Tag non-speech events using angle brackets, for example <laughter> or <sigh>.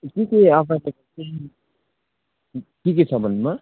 कुन चाहिँ <unintelligible> के के छ भन्नु भयो